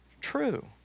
true